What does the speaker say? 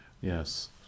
Yes